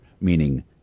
meaning